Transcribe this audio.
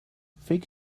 fake